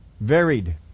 varied